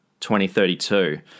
2032